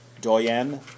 Doyen